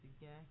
again